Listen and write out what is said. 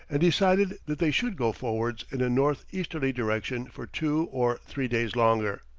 and decided that they should go forwards in a north-easterly direction for two or three days longer.